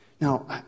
Now